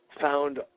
found